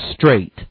straight